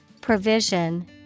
provision